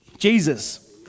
Jesus